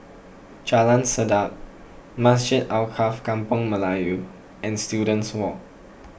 Jalan Sedap Masjid Alkaff Kampung Melayu and Students Walk